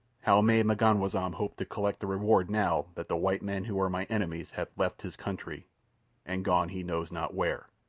how may m'ganwazam hope to collect the reward now that the white men who are my enemies have left his country and gone he knows not where?